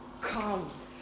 comes